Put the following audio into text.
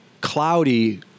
cloudy